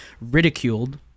ridiculed